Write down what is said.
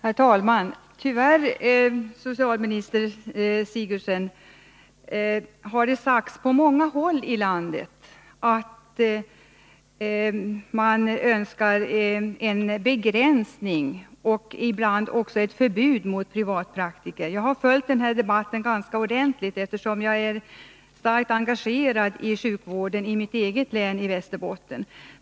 Herr talman! Tyvärr, socialminister Sigurdsen, har det sagts på många håll i landet att man önskar en begränsning och ibland också ett förbud mot privatpraktiker. Jag har följt den här debatten ganska noga, eftersom jag är starkt engagerad i sjukvården i mitt eget län, Västerbotten.